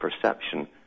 perception